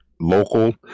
local